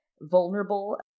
Vulnerable